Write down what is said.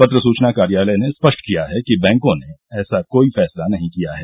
पत्र सुचना कार्यालय ने स्पष्ट किया है कि बैंकों ने ऐसा कोई फैसला नहीं किया है